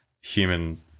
human